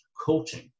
coaching